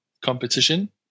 competition